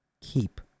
keep